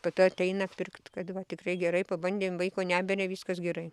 po to ateina pirkt kad va tikrai gerai pabandėm vaiko neberia viskas gerai